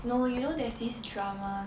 no you know there's this drama